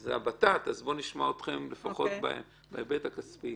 זה הבט"פ, אז בואו נשמע אתכם לפחות בהיבט הכספי.